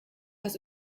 das